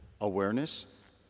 Awareness